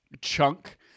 Chunk